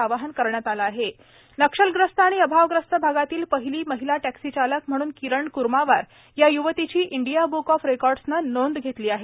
महिला टॅक्सीचालक नक्षलग्रस्त आणि अभावग्रस्त भागातील पहिली महिला टॅक्सीचालक म्हणून किरण कर्मावार या युवतीची इंडिया बृक ऑफ रेकाईसने नोंद घेतली आहे